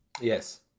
Yes